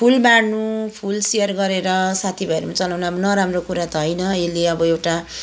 फुल बाँढ्नु फुल सेयर गरेर साथी भाइहरूमा चलाउनु अब नराम्रो कुरा त होइन यसले अब एउटा